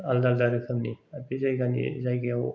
आलदा आलदा रोखोमनि बे जायगानि जायगायाव